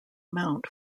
mount